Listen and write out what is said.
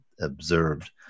observed